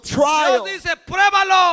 trial